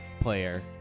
player